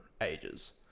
ages